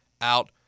out